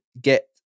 get